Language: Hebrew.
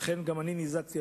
אכן גם אני נזעקתי,